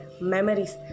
memories